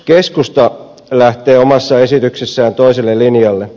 keskusta lähtee omassa esityksessään toiselle linjalle